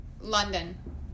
London